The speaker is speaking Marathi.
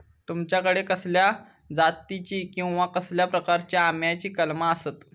तुमच्याकडे कसल्या जातीची किवा कसल्या प्रकाराची आम्याची कलमा आसत?